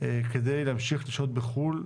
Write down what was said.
כדי להמשיך לשהות בחו"ל.